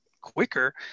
quicker